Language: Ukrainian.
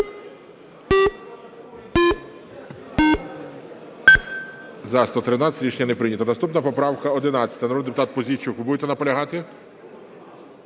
За-113 Рішення не прийнято. Наступна поправка 11. Народний депутат Пузійчук, ви будете наполягати?